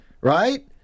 Right